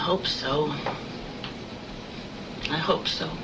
hope so i hope so